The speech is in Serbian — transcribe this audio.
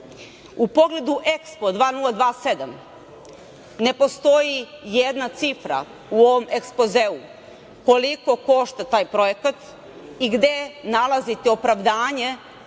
U pogledu EKSPO 2027, ne postoji jedna cifra u ovom ekspozeu koliko košta taj projekat i gde nalazite opravdanje